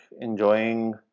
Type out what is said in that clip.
Enjoying